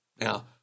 Now